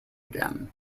again